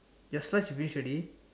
your slides you finish already